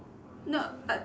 not but